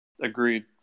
Agreed